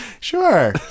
Sure